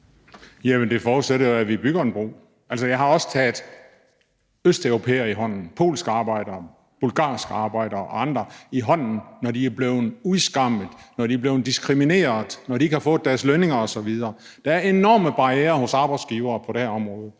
Jamen det forudsætter jo, at vi bygger en bro. Altså, jeg har også taget østeuropæere i hånden – polske arbejdere, bulgarske arbejdere og andre – når de er blevet udskammet, når de er blevet diskrimineret, når de ikke har fået deres lønninger osv. Der er enorme barrierer hos arbejdsgiverne på det her område.